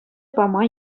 пама